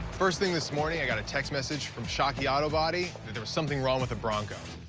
first thing this morning, i got a text message from shockey auto body that there was something wrong with the bronco.